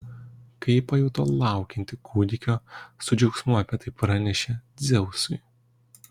kai ji pajuto laukianti kūdikio su džiaugsmu apie tai pranešė dzeusui